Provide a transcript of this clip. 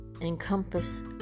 encompass